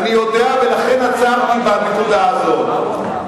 אני יודע ולכן עצרתי בנקודה הזאת.